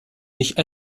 nicht